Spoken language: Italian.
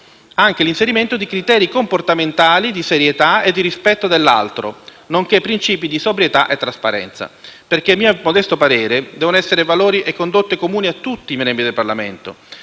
anche l'inserimento di criteri comportamentali di serietà e rispetto dell'altro, nonché principi di sobrietà e trasparenza. A mio modesto parere devono essere valori e condotte comuni a tutti i membri del Parlamento